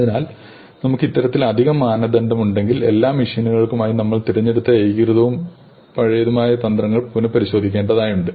അതിനാൽ നമുക്ക് ഇത്തരത്തിൽ അധിക മാനദണ്ഡം ഉണ്ടെങ്കിൽ എല്ലാത്തരം മെഷീനുകൾക്കുമായി നമ്മൾ തിരഞ്ഞെടുത്ത ഏകീകൃതവും പഴയതുമായ തന്ത്രങ്ങൾ നമുക്ക് പുനഃപരിശോധിക്കേണ്ടതുണ്ട്